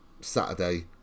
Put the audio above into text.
saturday